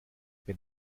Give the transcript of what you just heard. wenn